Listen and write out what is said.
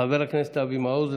חבר הכנסת אבי מעוז.